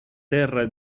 terra